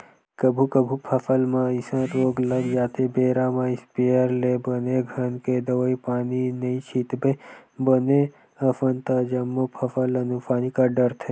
कभू कभू फसल म अइसन रोग लग जाथे बेरा म इस्पेयर ले बने घन के दवई पानी नइ छितबे बने असन ता जम्मो फसल ल नुकसानी कर डरथे